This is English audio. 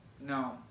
No